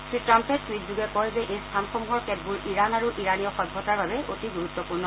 শ্ৰীট্টাম্পে টুইটযোগে কয় যে এই স্থানসমূহৰ কেতবোৰ ইৰাণ আৰু ইৰাণীয় সভ্যতাৰ বাবে অত্যন্ত গুৰুত্পূৰ্ণ